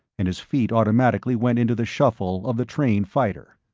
and his feet automatically went into the shuffle of the trained fighter.